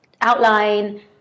outline